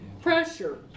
Pressure